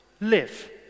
live